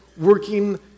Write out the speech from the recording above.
working